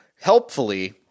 helpfully